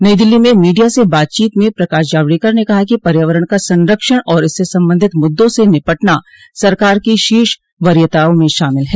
नई दिल्ली में मीडिया से बातचीत में प्रकाश जावड़ेकर ने कहा कि पर्यावरण का संरक्षण और इससे संबंधित मुद्दों से निपटना सरकार की शीर्ष वरीयताओं में शामिल है